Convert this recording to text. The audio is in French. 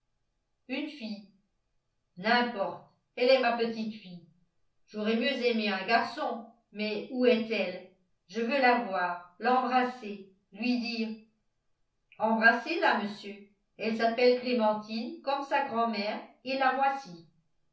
une fille n'importe elle est ma petite-fille j'aurais mieux aimé un garçon mais où est-elle je veux la voir l'embrasser lui dire embrassez la monsieur elle s'appelle clémentine comme sa grand-mère et la voici